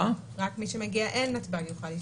רק מי שמגיע אל נתב"ג יוכל לנסוע בתחבורה ציבורית.